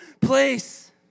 place